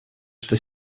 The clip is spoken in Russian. что